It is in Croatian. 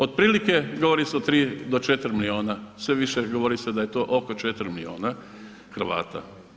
Otprilike govori se o 3 do 4 milijuna, sve više govori se da je to oko 4 milijuna Hrvata.